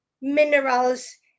minerals